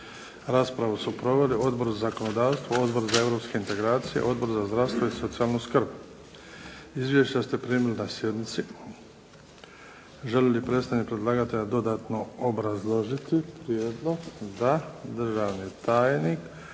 Raspravu su proveli Odbor za zakonodavstvo, Odbor za europske integracije, Odbor za zdravstvo i socijalnu skrb. Izvješća ste primili na sjednici. Želi li predstavnik predlagatelja dodatno obrazložiti prijedlog? Da. Državni tajnik